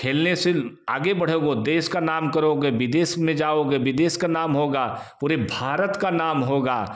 खेलने से आगे बढ़ोगे देश का नाम करोगे विदेश में जाओगे विदेश का नाम होगा पूरे भारत का नाम होगा